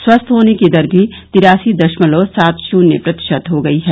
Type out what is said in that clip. स्वस्थ होने की दर भी तिरासी दशमलव सात शून्य प्रतिशत हो गई है